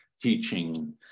teaching